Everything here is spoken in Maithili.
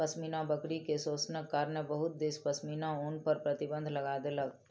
पश्मीना बकरी के शोषणक कारणेँ बहुत देश पश्मीना ऊन पर प्रतिबन्ध लगा देलक